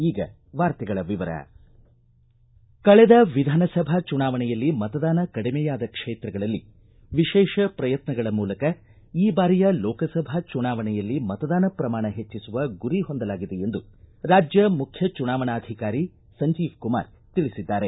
ಈಗ ವಾರ್ತೆಗಳ ವಿವರ ಕಳೆದ ವಿಧಾನಸಭಾ ಚುನಾವಣೆಯಲ್ಲಿ ಮತದಾನ ಕಡಿಮೆಯಾದ ಕ್ಷೇತ್ರಗಳಲ್ಲಿ ವಿಶೇಷ ಪ್ರಯತ್ನಗಳ ಮೂಲಕ ಈ ಬಾರಿಯ ಲೋಕಸಭಾ ಚುನಾವಣೆಯಲ್ಲಿ ಮತದಾನ ಪ್ರಮಾಣ ಹೆಚ್ಚಿಸುವ ಗುರಿ ಹೊಂದಲಾಗಿದೆ ಎಂದು ರಾಜ್ಯ ಮುಖ್ಯ ಚುನಾವಣಾಧಿಕಾರಿ ಸಂಜೀವ್ ಕುಮಾರ್ ತಿಳಿಸಿದ್ದಾರೆ